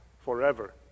forever